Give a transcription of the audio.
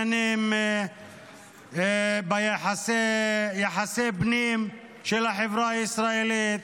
גם ביחסי פנים של החברה הישראלית,